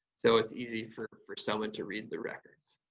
so it's easy for for someone to read the records.